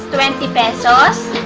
twenty pesos.